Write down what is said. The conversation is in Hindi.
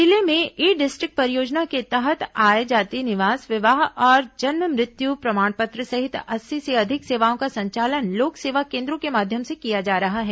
जिले में ई डिस्ट्रिक्ट परियोजना के तहत आय जाति निवास विवाह और जन्म मृत्य प्रमाण पत्र सहित अस्सी से अधिक सेवाओं का संचालन लोक सेवा केन्द्रों के माध्यम से किया जा रहा है